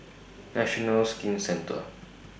National Skin Centre